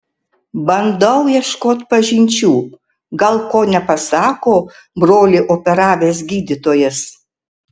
bandau ieškot pažinčių gal ko nepasako brolį operavęs gydytojas